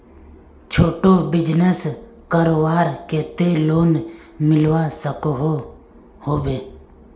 छोटो बिजनेस करवार केते लोन मिलवा सकोहो होबे?